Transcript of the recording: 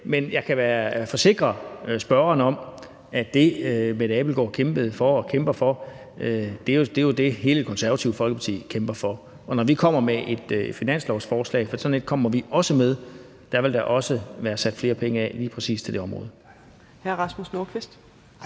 Men jeg kan forsikre spørgeren om, at det, som fru Mette Abildgaard kæmpede for og kæmper for, jo er det, hele Det Konservative Folkeparti kæmper for. Og når vi kommer med et finanslovsforslag, for sådan et kommer vi også med, vil der også være sat flere penge af til lige præcis det område. Kl. 16:42 Fjerde